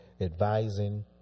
Advising